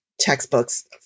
Textbooks